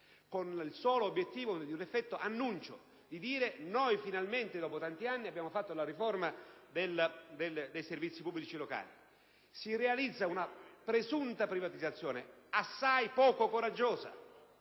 con il solo obiettivo di ottenere l'effetto annuncio di dire che il Governo, finalmente, dopo tanti anni ha fatto la riforma dei servizi pubblici locali. Si realizza una presunta privatizzazione assai poco coraggiosa.